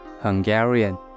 Hungarian